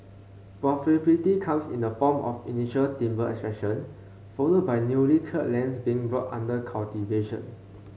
profitability comes in the form of initial timber extraction followed by newly cleared lands being brought under cultivation